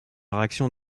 réaction